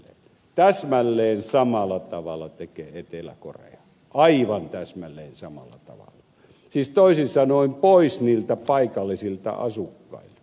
täsmälleen samalla tavalla tekee etelä korea aivan täsmälleen samalla tavalla siis toisin sanoen pois niiltä paikallisilta asukkailta